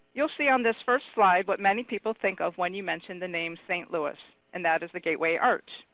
you'll see on this first slide what many people think of when you mention the name st. louis. and that is the gateway arch,